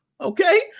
okay